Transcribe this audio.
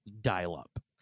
dial-up